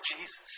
Jesus